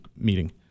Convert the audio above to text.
meeting